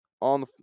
on